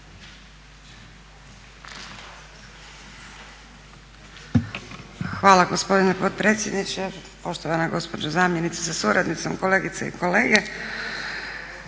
Hvala gospodine potpredsjedniče, poštovana gospođo zamjenice sa suradnicom, kolegice i kolege.